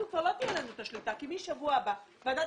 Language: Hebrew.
לנו כבר לא תהיה את השליטה כי משבוע הבא ועדת